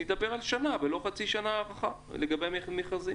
נדבר על שנה ולא על חצי שנה הארכה לגבי מכרזים.